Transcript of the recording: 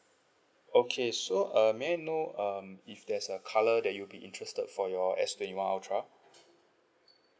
okay so uh may I know um if there's a colour that you'll be interested for your S twenty one ultra